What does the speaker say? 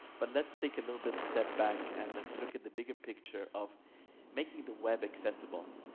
but let's take a little bit step back and look at the bigger picture of making the web accessible.